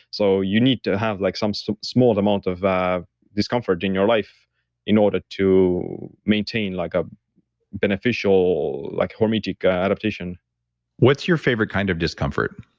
so you need to have like some some small amount of discomfort in your life in order to maintain like a beneficial like hormetic ah adaptation what's your favorite kind of discomfort?